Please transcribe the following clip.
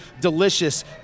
delicious